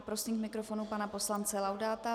Prosím k mikrofonu pana poslance Laudáta.